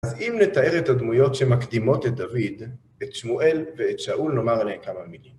אז אם נתאר את הדמויות שמקדימות את דוד, את שמואל ואת שאול, נאמר עליהם כמה מילים.